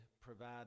provide